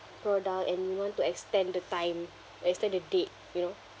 product and you want to extend the time extend the date you know